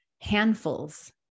handfuls